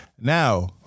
Now